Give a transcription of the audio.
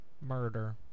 murder